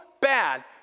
bad